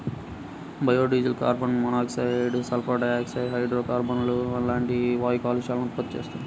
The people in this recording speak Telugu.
biodiesel carbon monoxide, sulphur dioxide, హైడ్రోకార్బన్లు లాంటి వాయు కాలుష్యాలను ఉత్పత్తి చేస్తుంది